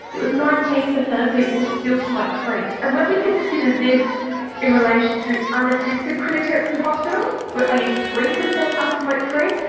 it was nineteen percent of people still smoke-free, and when we consider this in relation to unassisted quit attempts in hospital, where only three percent are ah smoke-free,